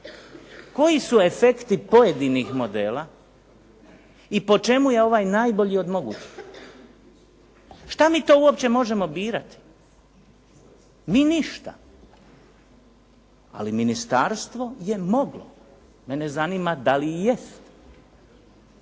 koji su efekti pojedinih modela i po čemu je ovaj najbolji od mogućih. Šta mi to uopće možemo birati? Mi ništa, ali ministarstvo je moglo, mene zanima da li i jesu.